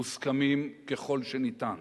מוסכמים ככל שניתן.